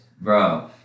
Bro